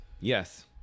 Yes